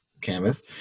canvas